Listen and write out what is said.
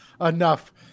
enough